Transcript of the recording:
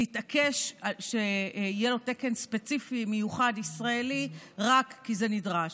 להתעקש שיהיה לו תקן ספציפי ישראלי מיוחד רק כי זה נדרש.